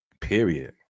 Period